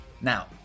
Now